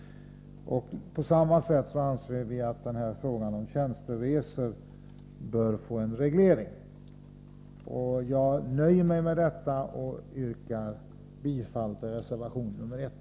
På samma sätt anser vi att frågan om tjänsteresor bör regleras. Jag nöjer mig med detta och yrkar bifall till reservation nr 1.